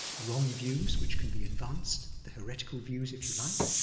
wrong views which can be advanced, the heretical views, if you like,